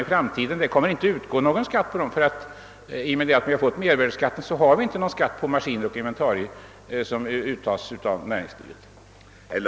I framtiden kommer det inte att utgå någon skatt, ty efter mervärdeskattens införande blir det ingen skatt för näringslivet på maskiner och inventarier.